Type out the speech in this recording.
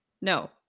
No